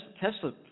Tesla